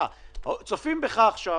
צופים בך עכשיו